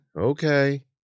okay